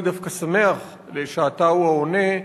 אני דווקא שמח שאתה הוא העונה,